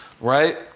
right